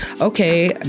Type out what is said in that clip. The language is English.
okay